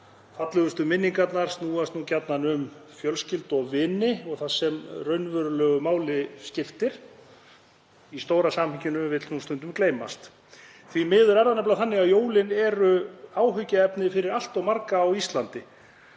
Fallegustu minningarnar snúast gjarnan um fjölskyldu og vini og það sem raunverulegu máli skiptir í stóra samhenginu vill nú stundum gleymast. Því miður er það nefnilega þannig að jólin eru áhyggjuefni fyrir allt of marga á Íslandi.